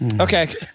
Okay